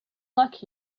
luck